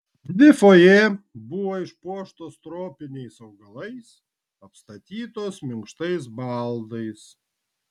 dvi fojė buvo išpuoštos tropiniais augalais apstatytos minkštais baldais